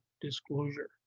disclosure